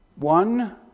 One